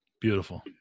Beautiful